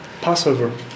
Passover